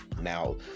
Now